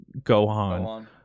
Gohan